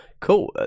Cool